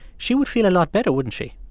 she would feel a lot better, wouldn't she?